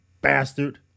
bastard